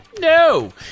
No